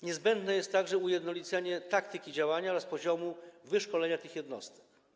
Niezbędne jest także ujednolicenie taktyki działania oraz poziomu wyszkolenia tych jednostek.